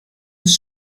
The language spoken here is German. ist